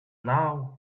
now